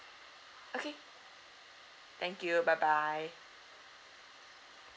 okay thank you bye bye